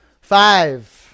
Five